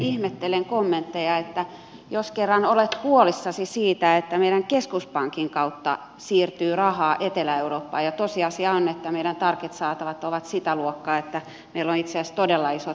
ihmettelen kommentteja jos kerran olet huolissasi siitä että meidän keskuspankin kautta siirtyy rahaa etelä eurooppaan kun tosiasia on että meidän target saatavat ovat sitä luokkaa että meillä on itse asiassa todella isot menetysmahdollisuudet